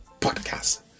Podcast